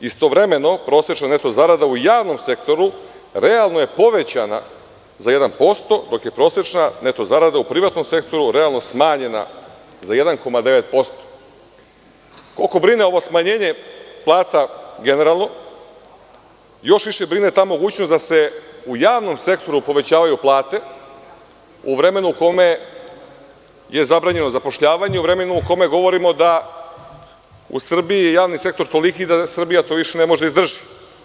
Istovremeno, prosečna neto zarada u javnom sektoru realno je povećana za 1%, dok je prosečna neto zarada u privatnom sektoru realno smanjena za 1,9%.“ Koliko brine ovo smanjenje plata generalno, još više brine ta mogućnost da se u javnom sektoru povećavaju plate u vremenu u kome je zabranjeno zapošljavanje, u vremenu u kome govorimo da u Srbiji je javni sektor toliki da Srbija to više ne može da izdrži.